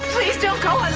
please don't go